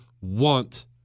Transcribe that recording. want